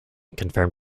confirmed